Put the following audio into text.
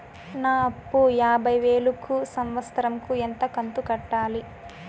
నా అప్పు యాభై వేలు కు సంవత్సరం కు ఎంత కంతు కట్టాలి?